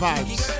Vibes